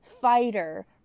fighter